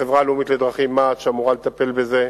החברה הלאומית לדרכים, מע"צ, שאמורה לטפל בזה,